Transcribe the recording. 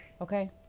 Okay